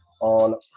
on